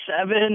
seven